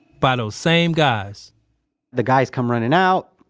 by those same guys the guys come running out.